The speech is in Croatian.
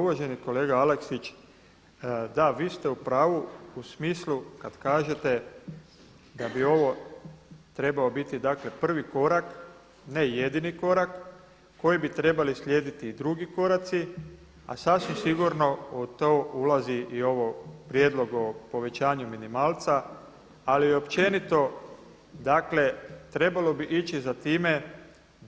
Uvaženi kolega Aleksić, da vi ste u pravu u smislu kad kažete da bi ovo trebao biti dakle prvi korak ne jedini korak koji bi trebali slijediti i drugi koraci a sasvim sigurno u to ulazi i prijedlog ovog povećanja minimalca ali općenito dakle trebalo bi ići za time